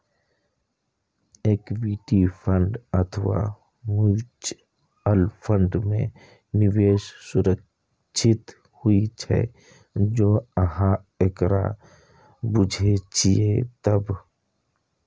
equity fund अथवा mutual fund मे निवेश सुरक्षित होइ छै, जौं अहां एकरा बूझे छियै तब